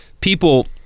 people